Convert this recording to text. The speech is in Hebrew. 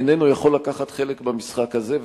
איננו יכול לקחת חלק במשחק הזה,